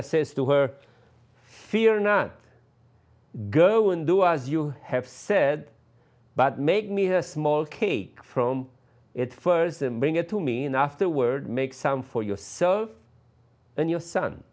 i says to her fear not go and do as you have said but make me a small cake from it first and bring it to me and afterward make some for your soul and your son